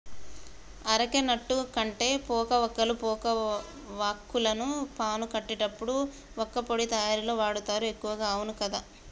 areca nut అంటే పోక వక్కలు, పోక వాక్కులను పాను కట్టేటప్పుడు వక్కపొడి తయారీల వాడుతారు ఎక్కువగా అవును కదా